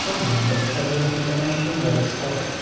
pod nim dostrzegłem kilkanaście młodych skorków